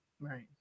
Right